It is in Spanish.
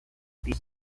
tibia